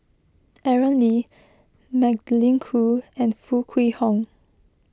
Aaron Lee Magdalene Khoo and Foo Kwee Horng